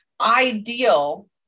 ideal